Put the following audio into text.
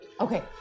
Okay